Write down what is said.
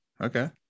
okay